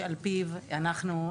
שעל פיו אנחנו,